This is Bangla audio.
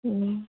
হুম